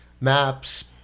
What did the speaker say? maps